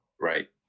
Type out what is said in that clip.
Right